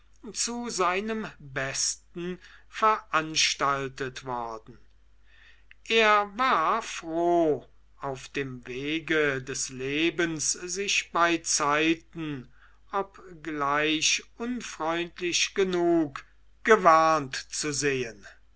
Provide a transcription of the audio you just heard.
zu seinem besten veranstaltet worden er war froh auf dem wege des lebens sich beizeiten obgleich unfreundlich genug gewarnt zu sehen